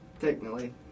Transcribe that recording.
technically